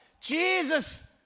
Jesus